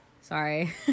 Sorry